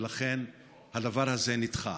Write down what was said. ולכן הדבר הזה נדחה.